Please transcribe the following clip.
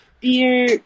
Beer